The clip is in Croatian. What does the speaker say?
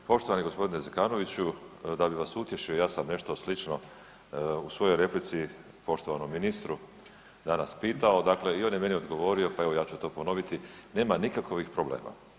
Poštovani g. Zekanoviću, da bi vas utješio, ja sam nešto slično u svojoj replici poštovanom ministru danas pitao, dakle i on je meni odgovorio, pa evo ja ću to ponoviti: Nema nikakovih problema.